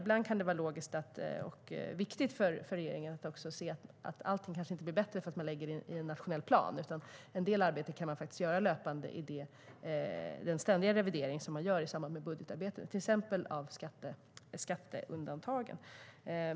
Ibland kan det vara logiskt och viktigt för regeringen att se att allting kanske inte blir bättre för att man lägger det i en nationell plan. En del arbete kan man faktiskt göra löpande i den ständiga revideringen i samband med budgetarbetet, till exempel av skatteundantagen.